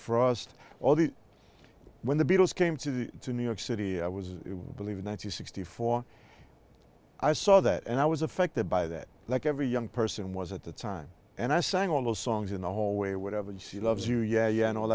frost all the when the beatles came to new york city i was believe in ninety sixty four i saw that and i was affected by that like every young person was at the time and i sang all those songs in the hallway or whatever and she loves you yeah yeah